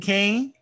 Kane